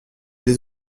les